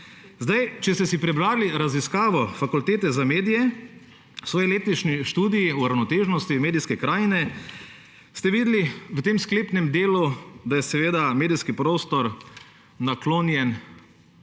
Če ste si prebrali raziskavo Fakultete za medije, o uravnoteženosti medijske krajine, ste videli v tem sklepnem delu, da je seveda medijski prostor naklonjen